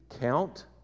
count